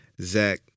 Zach